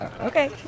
okay